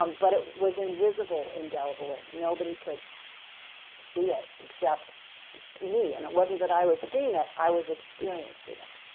um but it was invisible indelibling nobody could see it except me. and it wasn't that i was seeing it i was experiencing it.